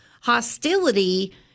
hostility